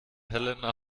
helena